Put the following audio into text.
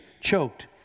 choked